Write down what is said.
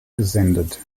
gesendet